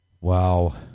Wow